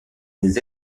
des